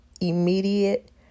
immediate